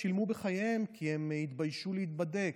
שילמו בחייהם כי הם התביישו להיבדק,